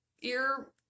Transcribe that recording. ear